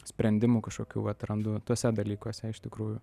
sprendimų kažkokių atrandu tuose dalykuose iš tikrųjų